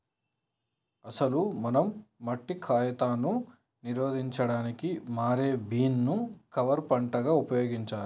అసలు మనం మట్టి కాతాను నిరోధించడానికి మారే బీన్ ను కవర్ పంటగా ఉపయోగించాలి